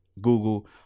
Google